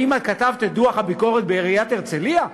האם כתבת את דוח הביקורת בעיריית הרצליה?